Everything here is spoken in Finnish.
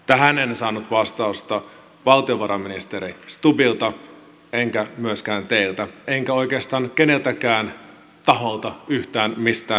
tähän en saanut vastausta valtiovarainministeri stubbilta enkä myöskään teiltä enkä oikeastaan keneltäkään taholta yhtään mistään milloinkaan